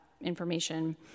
information